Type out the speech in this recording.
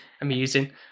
amusing